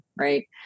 right